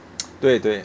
对对